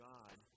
God